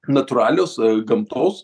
natūralios gamtos